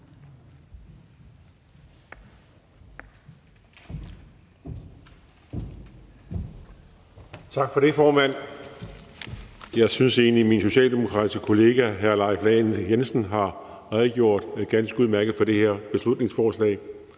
Tak for det, formand. Jeg synes egentlig, min socialdemokratiske kollega hr. Leif Lahn Jensen har redegjort ganske udmærket for det her lovforslag.